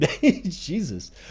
Jesus